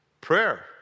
prayer